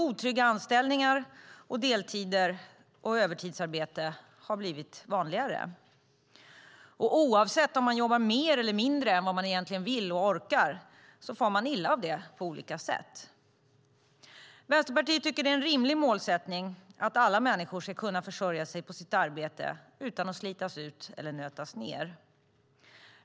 Otrygga anställningar, deltider och övertidsarbete har blivit vanligare. Oavsett om man jobbar mer eller mindre än man egentligen vill och orkar far man illa av det på olika sätt. Vänsterpartiet tycker att det är en rimlig målsättning att alla människor ska kunna försörja sig på sitt arbete utan att slitas ut eller nötas ned.